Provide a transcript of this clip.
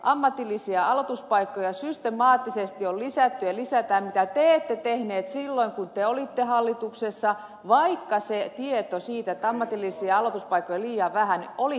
ammatillisia aloituspaikkoja systemaattisesti on lisätty ja lisätään mitä te ette tehneet silloin kun te olitte hallituksessa vaikka se tieto siitä että ammatillisia aloituspaikkoja on liian vähän oli olemassa